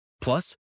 Plus